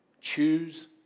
Choose